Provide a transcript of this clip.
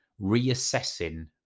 reassessing